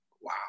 wow